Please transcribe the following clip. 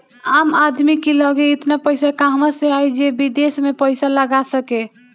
आम आदमी की लगे एतना पईसा कहवा से आई जे विदेश में पईसा लगा सके